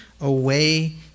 away